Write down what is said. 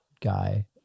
guy